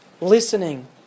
listening